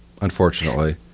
unfortunately